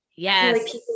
Yes